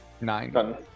Nine